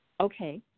okay